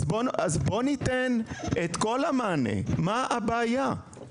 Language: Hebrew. אז בואו ניתן את כול המענה, מה הבעיה?